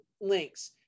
links